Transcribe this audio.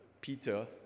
peter